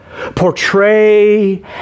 portray